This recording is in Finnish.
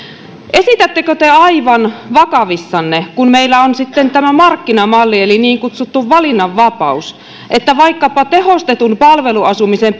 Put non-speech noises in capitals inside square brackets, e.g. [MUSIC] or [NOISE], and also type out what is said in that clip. esitättekö te aivan vakavissanne kun meillä on sitten tämä markkinamalli eli niin kutsuttu valinnanvapaus että vaikkapa tehostetun palveluasumisen [UNINTELLIGIBLE]